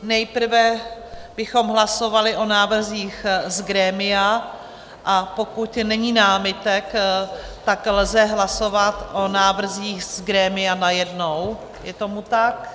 Nejprve bychom hlasovali o návrzích z grémia, a pokud není námitek, tak lze hlasovat o návrzích z grémia najednou, je tomu tak?